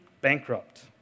bankrupt